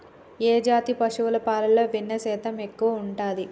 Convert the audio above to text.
ఏ జాతి పశువుల పాలలో వెన్నె శాతం ఎక్కువ ఉంటది?